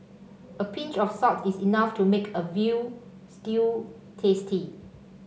a pinch of salt is enough to make a veal stew tasty